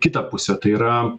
kitą pusę tai yra